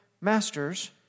masters